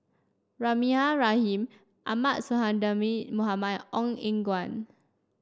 Rahimah Rahim Ahmad Sonhadji Mohamad Ong Eng Guan